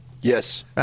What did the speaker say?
Yes